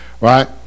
right